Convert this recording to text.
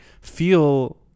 feel